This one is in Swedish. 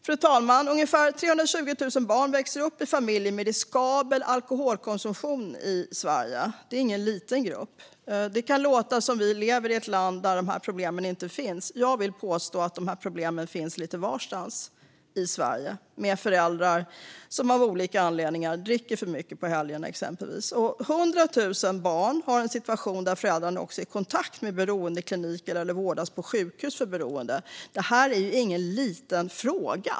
Fru talman! Ungefär 320 000 barn i Sverige växer upp i familjer med riskabel alkoholkonsumtion. Det är ingen liten grupp. Det kan låta som att vi lever i ett land där de här problemen inte finns, men jag vill påstå att dessa problem - med föräldrar som av olika anledningar exempelvis dricker för mycket på helgerna - finns lite varstans i Sverige. Det är 100 000 barn som har en situation där föräldrarna är i kontakt med beroendekliniker eller vårdas på sjukhus för beroende. Detta är ju ingen liten fråga.